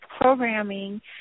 programming